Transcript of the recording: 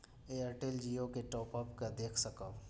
Airtel Jio के top up के देख सकब?